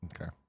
Okay